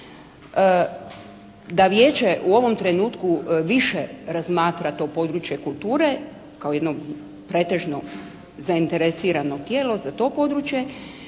da Vijeće u ovom trenutku više razmatra to područje kulture kao jedno pretežno zainteresirano tijelo za to područje,